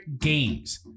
games